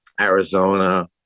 Arizona